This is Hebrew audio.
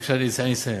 אני אסיים.